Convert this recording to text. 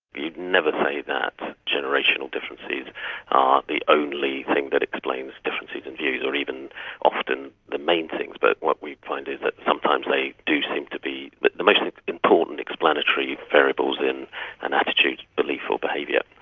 you'd never say that generational differences are the only thing that explains differences in views, or even often the main things, but what we find is that sometimes they do seem to be but the most important explanatory variables in an attitude, beliefs or behaviour.